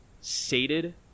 sated